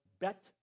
Bet